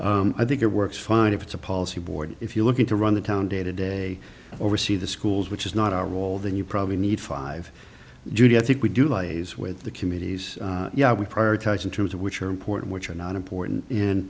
i think it works fine if it's a policy board if you're looking to run the town day to day oversee the schools which is not our role then you probably need five judy i think we do lays with the committees yeah we prioritize in terms of which are important which are not important and